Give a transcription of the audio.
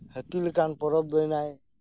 ᱦᱟᱹᱛᱤ ᱞᱮᱠᱟᱱ ᱯᱚᱨᱚᱵᱽ ᱫᱟᱹᱭᱱᱟᱭ